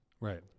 Right